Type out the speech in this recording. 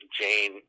Jane